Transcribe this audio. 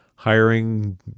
hiring